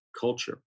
culture